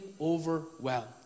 overwhelmed